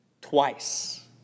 twice